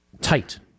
tight